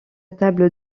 table